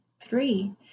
three